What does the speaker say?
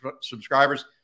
subscribers